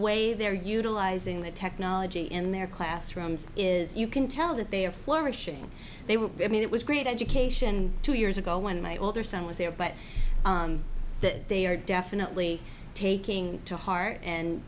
way they're utilizing the technology in their classrooms is you can tell that they are flourishing they will be i mean it was great education two years ago when my older son was there but that they are definitely taking to heart and